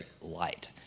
Light